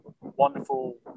wonderful